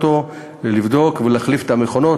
לבדוק ולהחליף את המכונות,